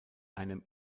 einem